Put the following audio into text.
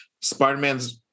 spider-man's